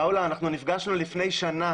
פאולה אנחנו נפגשנו לפני שנה.